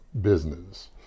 business